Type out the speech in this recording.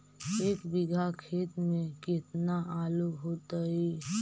एक बिघा खेत में केतना आलू होतई?